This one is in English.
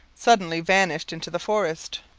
suddenly vanished into the forest.